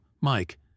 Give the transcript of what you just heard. Mike